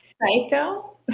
Psycho